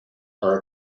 are